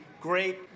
great